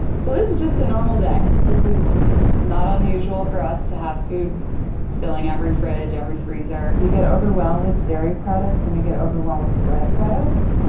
so this is just a normal day. this is not unusual for us to have food filling every fridge, every freezer. we get overwhelmed with dairy products, and we get overwhelmed with bread products.